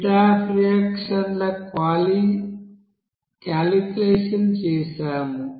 heat of reaction calculation చేసాము